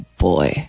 boy